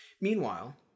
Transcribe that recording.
Meanwhile